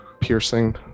piercing